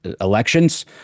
elections